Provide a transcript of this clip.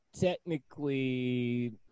technically